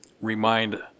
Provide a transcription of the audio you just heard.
remind